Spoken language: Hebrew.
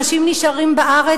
אנשים נשארים בארץ,